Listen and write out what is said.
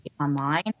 online